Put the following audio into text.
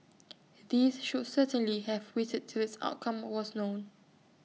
these should certainly have waited till its outcome was known